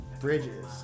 bridges